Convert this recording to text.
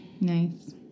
nice